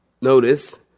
notice